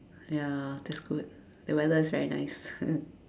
ya that's good the weather is very nice